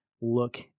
look